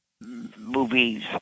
movies